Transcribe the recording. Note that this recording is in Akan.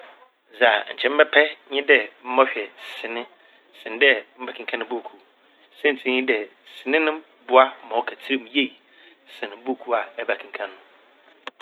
Dza nkyɛ mebɛpɛ nye dɛ mobɔhwɛ sene sen dɛ mebɛkenkan bukuu. Saintsir nye dɛ sene no boa ma ɔka tsirmu yie sen bukuu a ɛbɛkenkan.